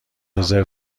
رزرو